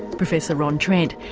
professor ron trent.